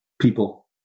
people